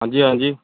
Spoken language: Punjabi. ਹਾਂਜੀ ਹਾਂਜੀ